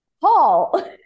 Paul